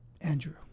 Andrew